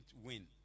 win